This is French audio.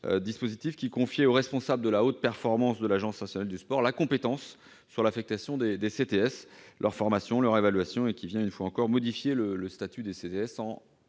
dispositif confiant au responsable de la haute performance de l'Agence nationale du sport la compétence pour l'affectation des CTS, leur formation et leur évaluation, dispositif qui vient modifier le statut des CTS